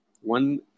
one